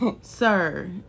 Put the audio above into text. Sir